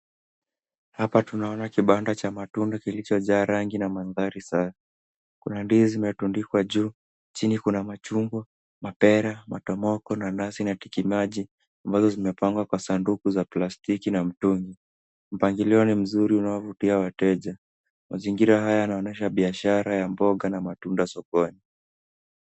Hapa tunaona kibanda cha matunda kilichojaa rangi na mandhari safi. Kuna ndizi zimetundikwa juu, chini kuna machungwa, mapera, mathomoko, nanasi na tikitiki maji ambazo zimepangwa kwa sanduku za plastiki na mtungi. Mpangilio ni mzuri unaovutia wateja. Mazingira haya yanaonyesha biashara ya mboga na matunda sokoni.